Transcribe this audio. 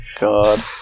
God